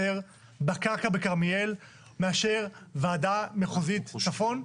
בקרקע בכרמיאל מאשר ועדה מחוזית צפון?